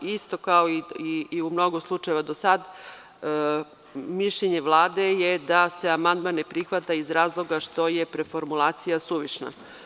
Isto kao i u mnogo slučajeva do sada, mišljenje Vlade je da se amandman ne prihvata iz razloga što je preformulacija suvišna.